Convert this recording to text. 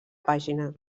pàgina